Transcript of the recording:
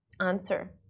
answer